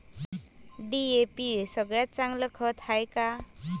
DAP सगळ्यात चांगलं खत हाये का?